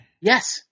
Yes